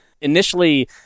Initially